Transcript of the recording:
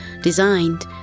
designed